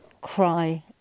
cry